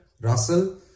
Russell